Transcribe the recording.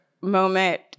moment